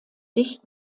dicht